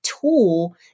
tool